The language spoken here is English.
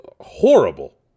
horrible